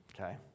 Okay